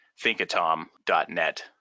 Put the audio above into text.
thinkatom.net